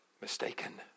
mistaken